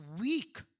weak